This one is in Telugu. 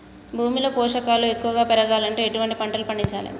భూమిలో పోషకాలు ఎక్కువగా పెరగాలంటే ఎటువంటి పంటలు పండించాలే?